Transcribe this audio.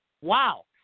wow